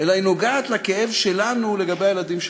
אלא היא נוגעת לכאב שלנו לגבי הילדים שלנו.